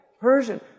Persian